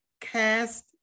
cast